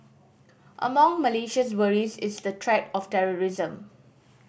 among Malaysia's worries is the threat of terrorism